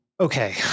Okay